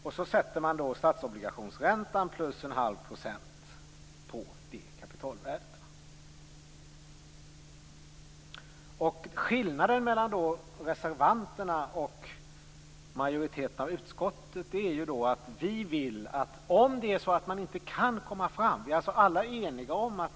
Sedan sätter man statsobligationsränta plus en halv procent på det kapitalvärdet. Alla är eniga om att själva grundmodellen är denna. Vi är ungefär överens om hur det skall gå till.